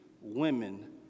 women